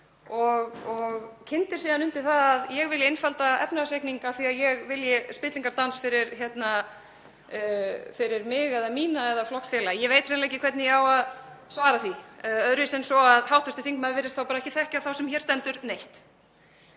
og kyndir síðan undir það að ég vilji einfalda efnahagsreikning af því að ég vilji spillingardans fyrir mig eða mína, eða flokksfélaga mína. Ég veit hreinlega ekki hvernig ég á að svara því öðruvísi en svo að hv. þingmaður virðist ekki þekkja þá sem hér stendur neitt.